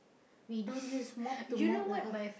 we don't use mop to mop the house